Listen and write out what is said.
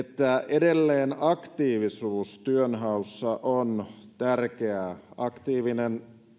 edelleen aktiivisuus työnhaussa on tärkeää aktiivinen